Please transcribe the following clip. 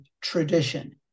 tradition